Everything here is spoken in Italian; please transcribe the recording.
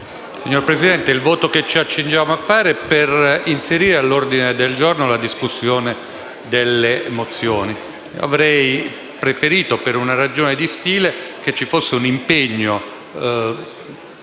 Signor Presidente, il voto che ci accingiamo a esprimere è volto a inserire all'ordine del giorno la discussione delle mozioni. Avrei preferito, per una ragione di stile, che ci fosse un impegno unanime